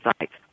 sites